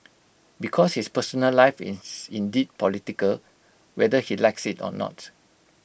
because his personal life is indeed political whether he likes IT or not